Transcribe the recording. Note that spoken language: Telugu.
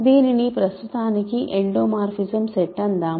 దీనిని ప్రస్తుతానికి ఎండోమోర్ఫిజం సెట్ అందాము